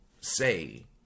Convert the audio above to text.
say